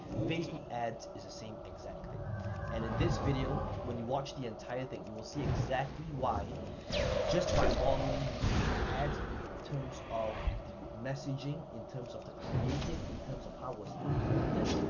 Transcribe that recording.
facebook ads is the same exact thing and in this video, when you watch the entire thing, you will see exactly why just by modeling these different ads in terms of the messaging, in terms of the creative, in terms of how it was implemented,